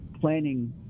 planning